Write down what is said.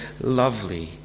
lovely